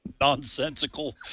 nonsensical